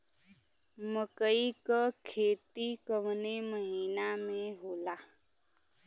मकई क खेती कवने महीना में होला?